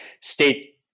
state